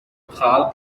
خلق